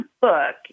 book